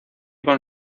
con